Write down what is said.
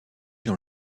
dans